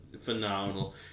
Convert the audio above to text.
phenomenal